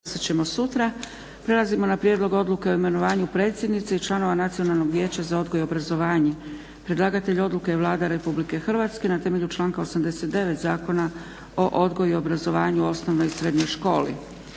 Dragica (SDP)** Prelazimo na - Prijedlog odluke o imenovanju predsjednice i članova Nacionalnog vijeća za odgoj i obrazovanje Predlagatelj odluke je Vlada RH. Na temelju članka 89. Zakona o odgoju i obrazovanju u osnovnoj i srednjoj školi.